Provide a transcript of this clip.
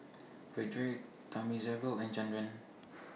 Vedre Thamizhavel and Chandra